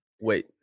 wait